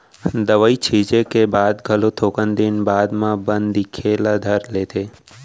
दवई छींचे के बाद घलो थोकन दिन बाद म बन दिखे ल धर लेथे